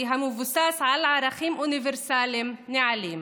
המבוסס על ערכים אוניברסליים נעלים.